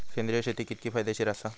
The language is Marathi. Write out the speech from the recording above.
सेंद्रिय शेती कितकी फायदेशीर आसा?